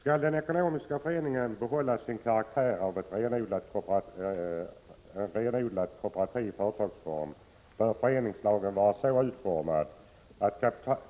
Skall den ekonomiska föreningen behålla sin karaktär av en renodlad kooperativ företagsform bör föreningslagen vara så utformad att